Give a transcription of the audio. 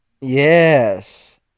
Yes